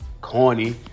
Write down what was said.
corny